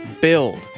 build